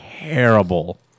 terrible